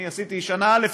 עשיתי שנה א',